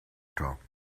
talk